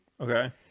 Okay